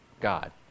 God